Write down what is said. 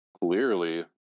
clearly